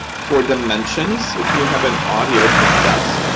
for dimensions, if you have an audiocassette,